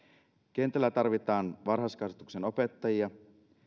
kentällä tarvitaan varhaiskasvatuksen opettajia